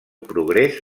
progrés